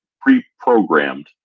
pre-programmed